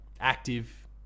active